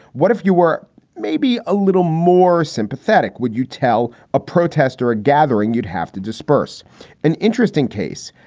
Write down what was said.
what if you were maybe a little more sympathetic? would you tell a protest or a gathering you'd have to disperse an interesting case?